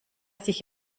sich